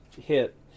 hit